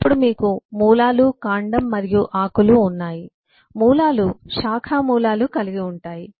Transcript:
అప్పుడు మీకు మూలాలు కాండం మరియు ఆకులు ఉన్నాయి మూలాలు శాఖ మూలాలు కలిగి ఉంటాయి